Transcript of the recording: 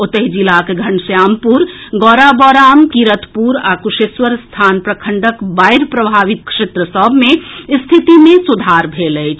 ओतहि जिलाक घनश्यामपुर गौरा बौराम किरतपुर आ क्शेश्वरस्थान प्रखंडक बाढ़ि प्रभावित क्षेत्र सभ मे स्थिति मे सुधार भेल अछि